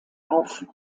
auf